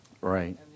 Right